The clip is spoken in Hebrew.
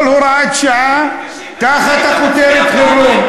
כל הוראת שעה, תחת הכותרת חירום.